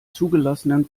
zugelassenen